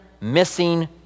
missing